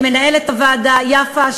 למנהלת הוועדה יפה,